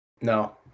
No